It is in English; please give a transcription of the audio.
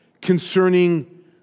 concerning